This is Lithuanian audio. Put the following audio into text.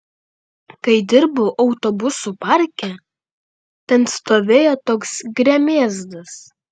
kai dirbau autobusų parke ten stovėjo toks gremėzdas